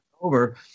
over